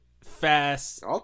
fast